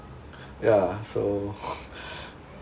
ya so